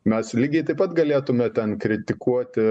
mes lygiai taip pat galėtume ten kritikuoti